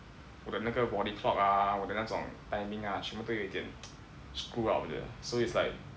我的那个 body clock ah 我的那种 timing ah 全部都有一点 screw up 的 so it's like